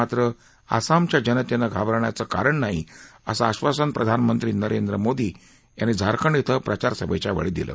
मात्र आसामच्या जनतेनं घाबरण्याचं कारण नाही असं आश्वासन प्रधानमंत्री नरेंद्र मोदी यांनी झारखंड इथं प्रचार सभेच्या वेळी दिलं